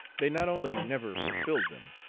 they not only never fulfilled them,